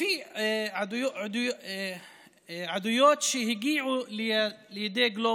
לפי עדויות שהגיעו לידי גלובס,